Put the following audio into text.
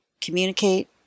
communicate